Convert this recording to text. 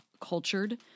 cultured